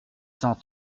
cent